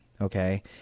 okay